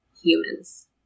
humans